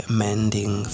mending